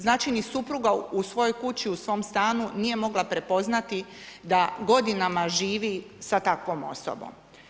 Znači ni supruga, u svojoj kući, u svojem stanju, nije mogla prepoznati, da godinama živi sa takvom osobom.